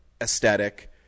aesthetic